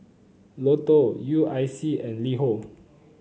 Lotto U I C and LiHo